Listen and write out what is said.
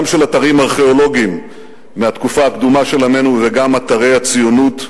גם של אתרים ארכיאולוגיים מהתקופה הקדומה של עמנו וגם אתרי הציונות,